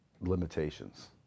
limitations